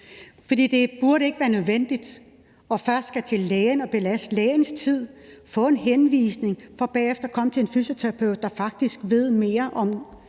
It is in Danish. for det burde ikke være nødvendigt først at skulle til læge og bruge lægens tid og få en henvisning for bagefter at komme til en fysioterapeut, der faktisk ved mere om